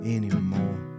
Anymore